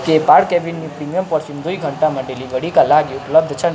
के Park Avenue premium perfume दुई घन्टामा डेलिभरीका लागि उपलब्ध छन्